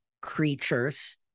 creatures